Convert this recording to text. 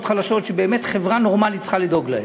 חלשות שבאמת חברה נורמלית צריכה לדאוג להן.